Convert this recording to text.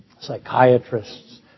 psychiatrists